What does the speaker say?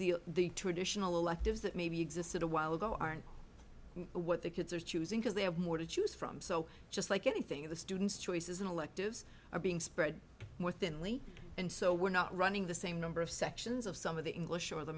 the the traditional electives that maybe existed a while ago aren't what the kids are choosing because they have more to choose from so just like anything the student's choices and electives are being spread more thinly and so we're not running the same number of sections of some of the english or the